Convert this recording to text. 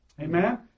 Amen